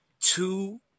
two